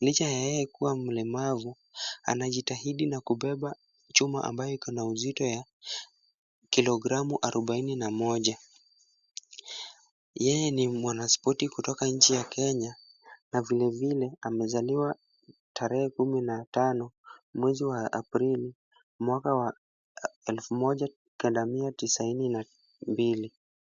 Licha ya yeye kuwa mlemavu, anajitahidi na kubeba chuma ambayo iko na uzito ya kilogramu arubaini na moja. Yeye ni mwanaspoti kutoka nchi ya Kenya na vilevile amezaliwa tarehe kumi na tano mwezi wa Aprili, mwaka wa elfu moja kenda mia tisaini na mbili.